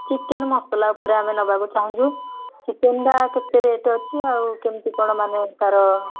chicken masala ଉପରେ ଆମେ ନବାକୁ ଚାହୁଁଛୁ ଚିକେନଟା କେତେ ରେଟ୍ ଅଛି ଆଉ କେମିତି କ'ଣ ମାନେ ତାର